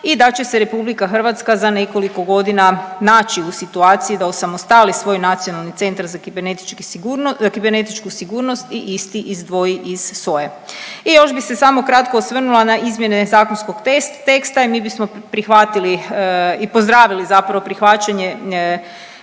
i da će se RH za nekoliko godina naći u situaciji da osamostali svoj nacionalni centar za kibernetičku sigurnost i isti izdvoji iz SOA-e. I još bi se samo kratko osvrnula na izmjene zakonskog teksta i mi bismo prihvatili i pozdravili zapravo prihvaćanje